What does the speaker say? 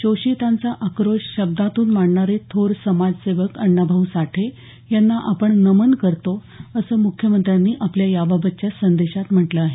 शोषितांचा आक्रोश शब्दांतून मांडणारे थोर समाज सेवक अण्णाभाऊ साठे यांना आपण नमन करतो असं मुख्यमंत्र्यांनी आपल्या याबाबतच्या संदेशात म्हटलं आहे